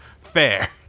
Fair